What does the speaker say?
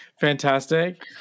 fantastic